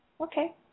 Okay